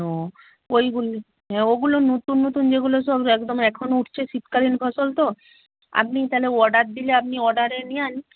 ও ওইগুলি হ্যাঁ ওগুলো নতুন নতুন যেগুলো সব একদম এখন উঠছে শীতকালীন ফসল তো আপনি তাহলে অর্ডার দিলে আপনি অর্ডারে নেন